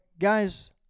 guys